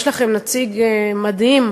יש לכם נציג מדהים,